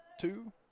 two